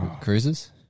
Cruises